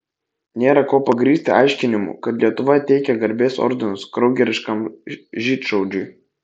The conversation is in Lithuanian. nėra kuo pagrįsti aiškinimų kad lietuva teikia garbės ordinus kraugeriškam žydšaudžiui